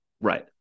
right